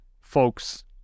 folks